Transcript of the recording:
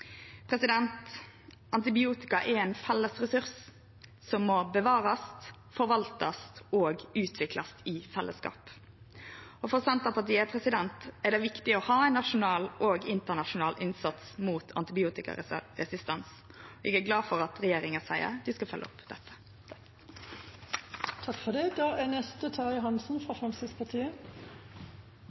Antibiotika er ein felles ressurs som må bevarast, forvaltast og utviklast i fellesskap. For Senterpartiet er det viktig å ha ein nasjonal og internasjonal innsats mot antibiotikaresistens. Eg er glad for at regjeringa seier at dei skal følgje opp dette. Jeg vil starte med å berømme Høyre for